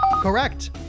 Correct